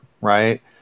right